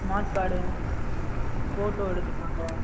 smart card photo எடுத்துகிட்டு வாங்க